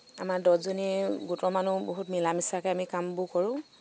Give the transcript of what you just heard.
আমাৰ দছজনী গোটৰ মানুহ বহুত মিলা মিচাকৈ আমি কামবোৰ কৰো